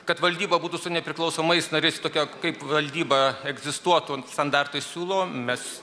kad valdyba būtų su nepriklausomais nariais tokia kaip valdyba egzistuotų standartai siūlo mes